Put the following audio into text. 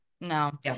no